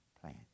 plan